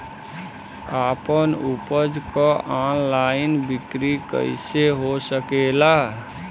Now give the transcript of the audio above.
आपन उपज क ऑनलाइन बिक्री कइसे हो सकेला?